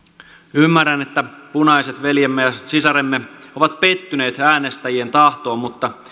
ymmärrän että punaiset veljemme ja sisaremme ovat pettyneet äänestäjien tahtoon mutta